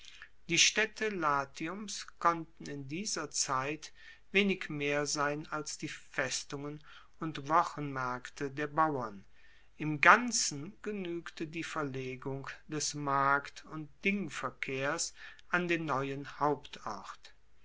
die staedte latiums konnten in dieser zeit wenig mehr sein als die festungen und wochenmaerkte der bauern im ganzen genuegte die verlegung des markt und dingverkehrs an den neuen hauptort